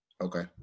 Okay